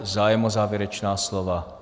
Zájem o závěrečná slova?